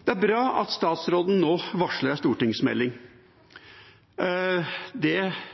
Det er bra at statsråden nå varsler en stortingsmelding, det